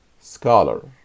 scholar